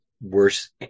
worse